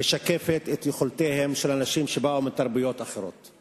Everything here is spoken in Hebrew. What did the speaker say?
משקפת את יכולותיהם של אנשים שבאו מתרבויות אחרות.